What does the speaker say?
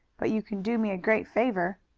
but you can do me a great favor.